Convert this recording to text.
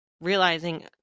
realizing